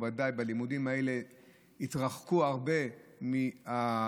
בוודאי בלימודים האלה הם התרחקו הרבה מאחרים,